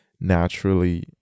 naturally